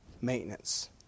maintenance